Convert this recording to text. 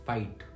Fight